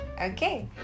Okay